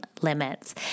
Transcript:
limits